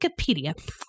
Wikipedia